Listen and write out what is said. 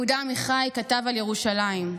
יהודה עמיחי כתב על ירושלים: